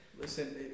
Listen